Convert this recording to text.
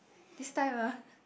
this time ah